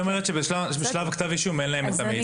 היא אומרת שבשלב כתב האישום אין להם את המידע.